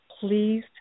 please